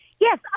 Yes